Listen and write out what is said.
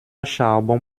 charbon